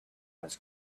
was